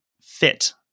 fit